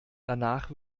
danach